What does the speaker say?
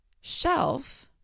shelf